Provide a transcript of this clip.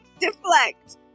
deflect